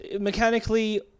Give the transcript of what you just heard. mechanically